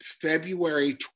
February